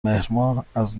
مهرماه، از